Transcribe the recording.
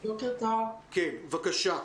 בבקשה.